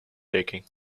taking